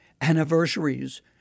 anniversaries